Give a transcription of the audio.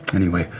anyway,